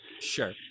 Sure